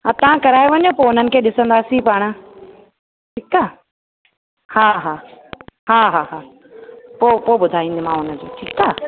हा तव्हां कराए वञो पोइ उन्हनि खे ॾिसंदासीं पाण ठीकु आहे हा हा हा हा हा पोइ पोइ ॿुधाईंदीमाव उनजो ठीकु आहे